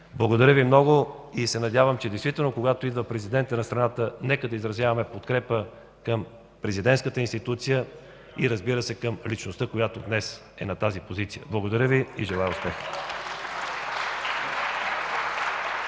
Благодаря Ви много. Надявам се, че, когато идва президентът на страната, действително ще изразяваме подкрепа към президентската институция и, разбира се, към личността, която днес е на тази позиция. Благодаря Ви. Желая успех.